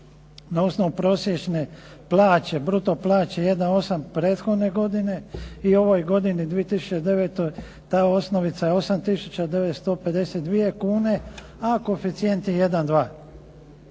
na osnovu prosječne plaće, bruto plaće 1,8 prethodne godine i u ovoj godini 2009. ta osnovica je 8 tisuća 952 kune, a koeficijent je 1,2.